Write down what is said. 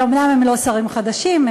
אומנם הם לא שרים חדשים,